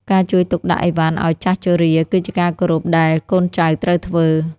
ការជួយទុកដាក់អីវ៉ាន់ឱ្យចាស់ជរា គឺជាការគោរពដែលកូនចៅត្រូវធ្វើ។